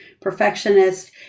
perfectionist